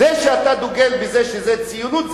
זה שאתה דוגל בזה שזה ציונות,